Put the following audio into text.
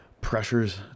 pressures